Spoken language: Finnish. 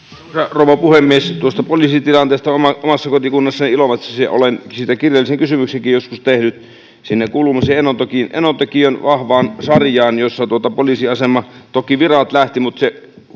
rouva puhemies tuosta poliisin tilanteesta omassa kotikunnassani ilomantsissa olen siitä kirjallisen kysymyksenkin joskus tehnyt se kuuluu enontekiön vahvaan sarjaan jossa poliisiasemasta toki virat lähtivät mutta se